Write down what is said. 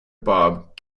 bob